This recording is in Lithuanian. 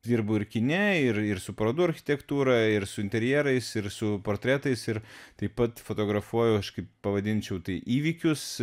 dirbu ir kine ir su parodų architektūra ir su interjerais ir su portretais ir taip pat fotografuoju aš kaip pavadinčiau tai įvykius